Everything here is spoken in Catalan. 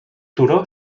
turó